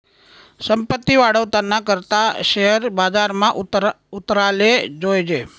संपत्ती वाढावाना करता शेअर बजारमा उतराले जोयजे